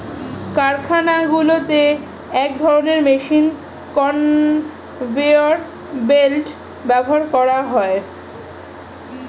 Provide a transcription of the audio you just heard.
কারখানাগুলোতে এক ধরণের মেশিন কনভেয়র বেল্ট ব্যবহার করে